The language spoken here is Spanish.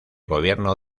gobierno